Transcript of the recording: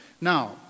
Now